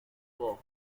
war